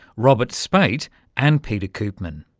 robert speight and peter koopman.